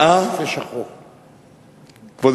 כבוד